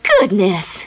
Goodness